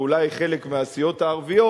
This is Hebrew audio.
ואולי חלק מהסיעות הערביות,